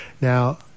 Now